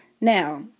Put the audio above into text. now